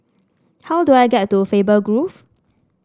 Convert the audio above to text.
how do I get to Faber Grove